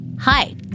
Hi